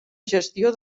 gestió